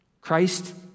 Christ